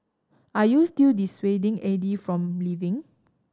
are you still dissuading Aide from leaving